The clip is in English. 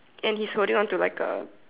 and he's holding on to like A